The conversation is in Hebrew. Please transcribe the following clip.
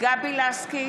גבי לסקי,